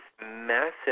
massive